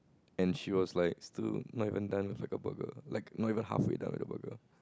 and she was like still not even done with a burger like not even halfway done with her burger